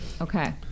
Okay